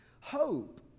hope